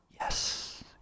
Yes